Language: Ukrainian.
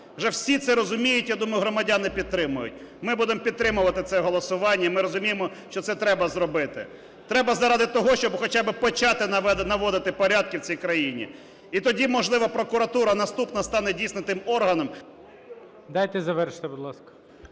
Вже всі це розуміють, я думаю, громадяни підтримують. Ми будемо підтримувати це голосування. Ми розуміємо, що це треба зробити, треба заради того, щоб хоча би почати наводити порядки в цій країні. І тоді, можливо, прокуратура наступна стане дійсно тим органом… ГОЛОВУЮЧИЙ. Дайте завершити, будь ласка.